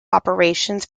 operations